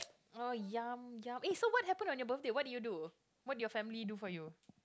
oh so what happened on your birthday what did you do what your family do for you